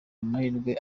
amahirwe